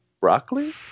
broccoli